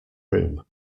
room